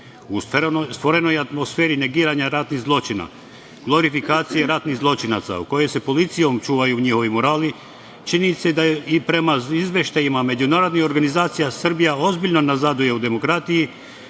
U stvorenoj atmosferi negiranja ratnih zločina, glorifikacije ratnih zločinaca, u kojoj se policijom čuvaju njihovi murali, činjenica je da i prema izveštajima međunarodnih organizacija Srbija ozbiljno nazaduje u demokratiji